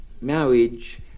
marriage